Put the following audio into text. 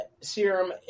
serum